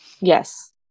yes